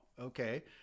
Okay